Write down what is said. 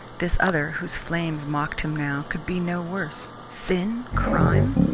this other, whose flames mocked him now, could be no worse. sin! crime!